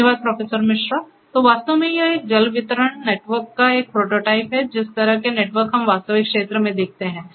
धन्यवाद प्रोफेसर मिश्रा तो वास्तव में यह एक जल वितरण नेटवर्क का एक प्रोटोटाइप है जिस तरह के नेटवर्क हम वास्तविक क्षेत्र में देखते हैं